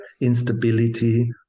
instability